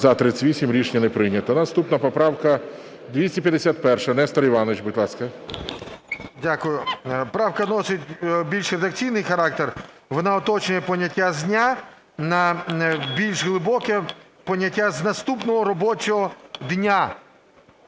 За-38 Рішення не прийнято. Наступна поправка 251. Нестор Іванович, будь ласка. 11:33:29 ШУФРИЧ Н.І. Дякую. Правка носить більш редакційний характер. Вона уточнює поняття "з дня" на більш глибоке поняття "з наступного робочого дня".